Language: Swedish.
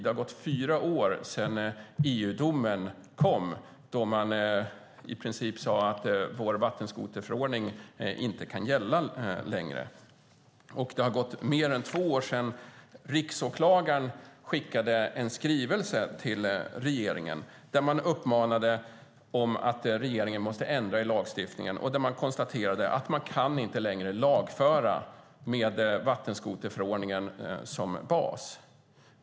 Det har gått fyra år sedan EU-domen kom, då man i princip sade att vattenskoterförordningen inte kan gälla längre. Det har gått mer än två år sedan riksåklagaren i en skrivelse till regeringen uppmanade till ändring av lagstiftningen och konstaterade att man inte längre kan lagföra med vattenskoterförordningen som bas.